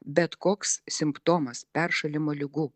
bet koks simptomas peršalimo ligų